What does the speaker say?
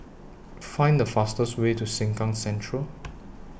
Find The fastest Way to Sengkang Central